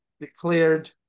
declared